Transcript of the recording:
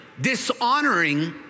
dishonoring